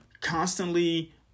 Constantly